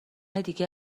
دیگه